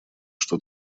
что